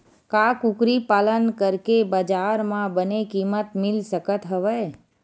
का कुकरी पालन करके बजार म बने किमत मिल सकत हवय?